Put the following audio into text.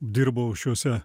dirbau šiuose